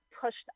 pushed